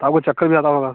आपको चक्कर भी आता होगा